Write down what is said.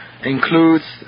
includes